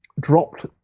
dropped